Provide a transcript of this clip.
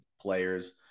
players